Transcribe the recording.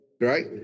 Right